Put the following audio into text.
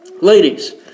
ladies